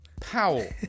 Powell